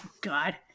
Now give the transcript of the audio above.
God